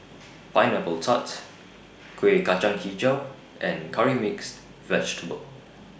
Pineapple Tart Kueh Kacang Hijau and Curry Mixed Vegetable